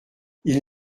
ils